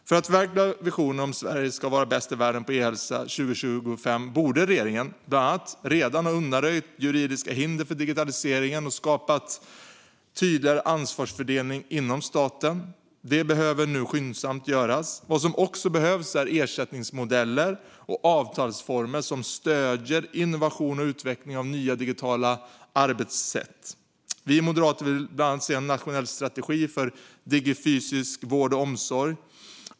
För att förverkliga visionen om att Sverige ska vara bäst i världen på e-hälsa 2025 borde regeringen bland annat redan ha undanröjt juridiska hinder för digitaliseringen och skapat tydligare ansvarsfördelning inom staten. Det behövs nu skyndsamt göras. Vad som också behövs är ersättningsmodeller och avtalsformer som stöder innovation och utvecklingen av nya digitala arbetssätt. Vi moderater vill bland annat se en nationell strategi för digifysisk vård och omsorg.